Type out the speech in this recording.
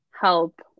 help